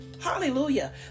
Hallelujah